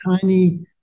tiny